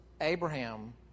Abraham